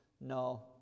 No